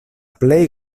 plej